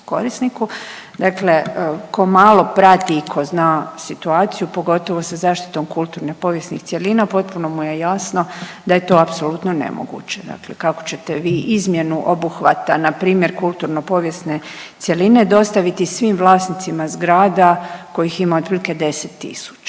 korisniku, dakle ko malo prati i ko zna situaciju, pogotovo sa zaštitom kulturnih povijesnih cjelina potpuno mu je jasno da je to apsolutno nemoguće, dakle kako ćete vi izmjenu obuhvata npr. kulturno povijesne cjeline dostaviti svim vlasnicima zgrada kojih ima otprilike 10